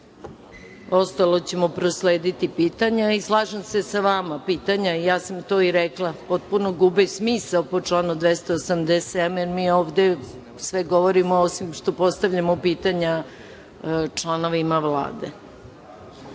Ostala ćemo proslediti pitanja. Slažem se sa vama, ja sam to i rekla, pitanja popuno gube smisao po članu 287, mi ovde sve govorimo, osim što postavljamo pitanja članovima Vlade.